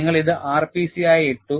നിങ്ങൾ ഇത് rpc ആയി ഇട്ടു